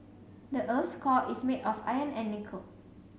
the earth's core is made of iron and nickel